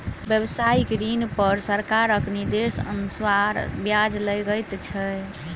व्यवसायिक ऋण पर सरकारक निर्देशानुसार ब्याज लगैत छै